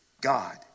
God